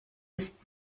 ist